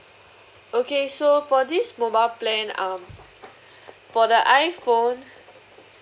okay so for this mobile plan um for the iPhone